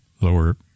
lower